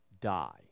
die